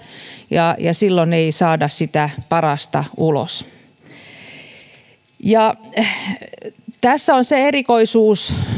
ja silloin ei saada sitä parasta ulos tässä on se erikoisuus